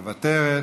מוותרת,